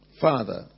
Father